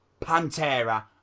Pantera